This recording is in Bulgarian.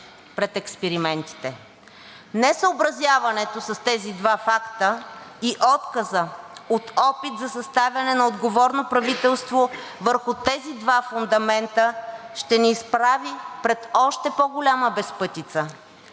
пред експериментите. Несъобразяването с тези два факта и отказът от опит за съставяне на отговорно правителство върху тези два фундамента ще ни изправи пред още по-голяма безпътица,